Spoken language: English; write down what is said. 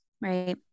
Right